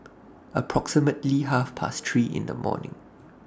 approximately Half Past three in The morning